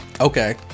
Okay